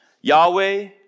Yahweh